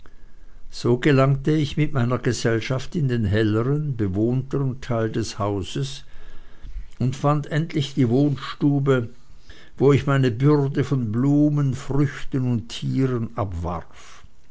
so gelangte ich mit meiner gesellschaft in den helleren bewohnten teil des hauses und fand endlich die wohnstube wo ich meine bürde von blumen früchten und tieren abwarf